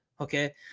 okay